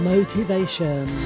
Motivation